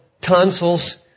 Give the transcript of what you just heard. tonsils